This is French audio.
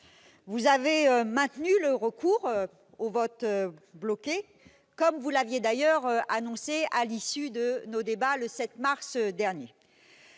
vous avez maintenu le recours au vote bloqué, comme vous l'aviez d'ailleurs annoncé à l'issue de nos débats le 7 mars dernier.